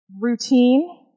routine